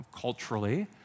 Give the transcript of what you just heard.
culturally